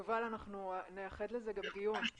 יובל, אנחנו נייחד גם לזה דיון.